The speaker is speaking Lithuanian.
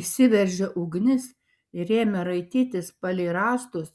įsiveržė ugnis ir ėmė raitytis palei rąstus